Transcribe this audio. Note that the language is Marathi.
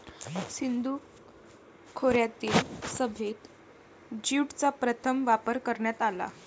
सिंधू खोऱ्यातील सभ्यतेत ज्यूटचा प्रथम वापर करण्यात आला